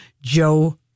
joe